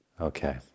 Okay